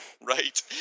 right